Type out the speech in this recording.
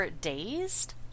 dazed